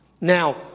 Now